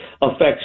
affects